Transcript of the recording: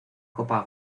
copa